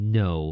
no